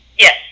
Yes